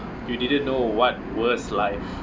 you didn't know what worst life